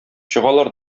чыгалар